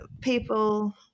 people –